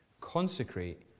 Consecrate